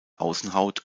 außenhaut